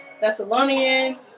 Thessalonian